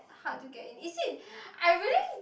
hard to get it is it I really